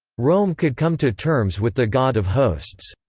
rome could come to terms with the god of hosts.